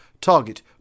Target